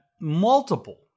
multiple